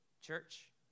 Church